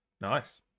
Nice